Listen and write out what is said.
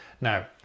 Now